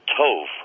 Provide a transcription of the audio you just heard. Tov